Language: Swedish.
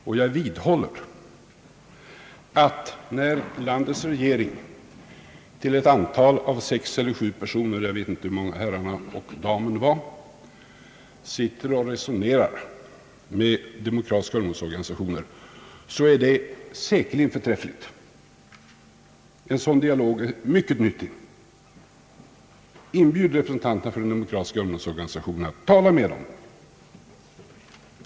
Och jag vidhåller att när landets regering till ett antal av sex eller sju personer — jag vet inte hur många herrarna och damen var — sitter och resonerar med demokratiska ungdomsorganisationer så är det säkerligen förträffligt. En sådan dialog är mycket nyttig. Inbjud representanterna för våra demokratiska ungdomsorganisationer, tala med dem.